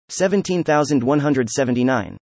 17179